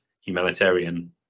humanitarian